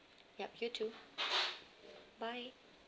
yup you too bye